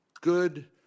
good